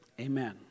Amen